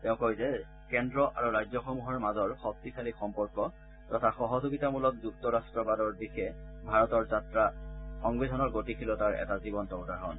তেওঁ কয় যে কেন্দ্ৰ আৰু ৰাজ্যসমূহৰ মাজৰ শক্তিশালী সম্পৰ্ক তথা সহযোগিতামূলক যুক্তৰাট্টবাদৰ দিশে ভাৰতৰ যাত্ৰা সংবিধানৰ গতিশীলতাৰ এটা জীৱন্ত উদাহৰণ